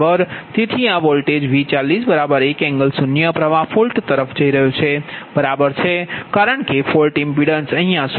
તેથી આ વોલ્ટેજV401∠0 પ્ર્વાહ ફોલ્ટ તરફ જઇ રહ્યો છે બરાબર છે કારણ કે ફોલ્ટ ઇમ્પિડન્સ 0 છે